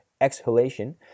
exhalation